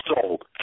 sold